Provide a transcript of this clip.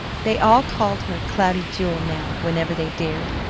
they all called her cloudy jewel now whenever they dared,